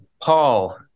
Paul